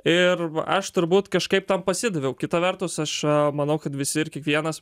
ir aš turbūt kažkaip tam pasidaviau kita vertus aš manau kad visi ir kiekvienas